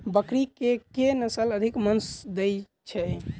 बकरी केँ के नस्ल अधिक मांस दैय छैय?